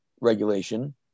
regulation